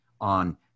on